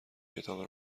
کتاب